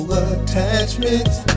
attachments